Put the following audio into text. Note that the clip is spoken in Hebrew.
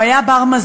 הוא היה בר-מזל,